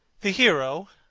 the hero,